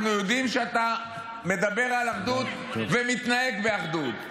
אנחנו יודעים שאתה מדבר על אחדות ומתנהג באחדות.